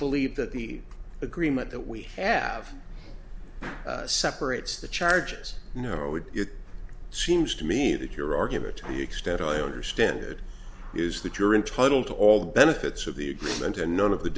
believe that the agreement that we have separates the charges you know it seems to me that your argument to the extent i understand it is that you're in total to all the benefits of the agreement and none of the